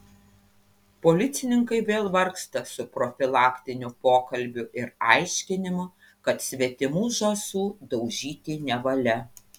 policininkai vėl vargsta su profilaktiniu pokalbiu ir aiškinimu kad svetimų žąsų daužyti nevalia